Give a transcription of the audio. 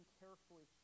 carefully